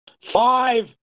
Five